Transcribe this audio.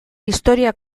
historia